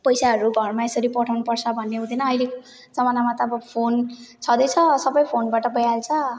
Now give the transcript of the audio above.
पैसाहरू घरमा यसरी पठाउनुपर्छ भन्ने हुँदैन अहिले जामानामा त अब फोन छँदैछ सबै फोनबाट भइहाल्छ